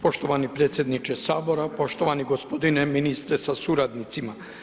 Poštovani predsjedniče Sabora, poštovani gospodine ministre sa suradnicima.